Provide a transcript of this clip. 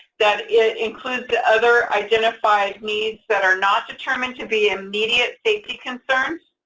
that it includes the other identified needs that are not determined to be immediate safety concerns,